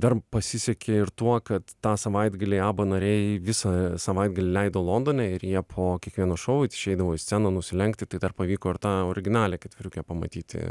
dar pasisekė ir tuo kad tą savaitgalį abba nariai visą savaitgalį leido londone ir jie po kiekvieno šou išeidavo į sceną nusilenkti tai dar pavyko ir tą originalią ketveriukę pamatyti